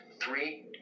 Three